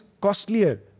costlier